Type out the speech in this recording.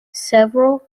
several